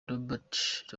robert